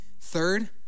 Third